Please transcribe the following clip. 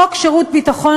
חוק שירות ביטחון,